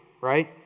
right